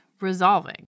resolving